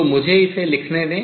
तो मुझे इसे लिखने दें